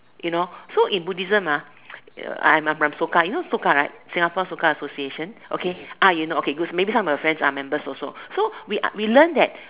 you know so in Buddhism ah uh I I I'm Soka you know Soka right Singapore Soka association ah okay you know okay maybe some of your friends are members also so we are we learn that